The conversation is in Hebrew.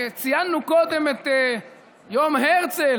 ציינו קודם את יום הרצל,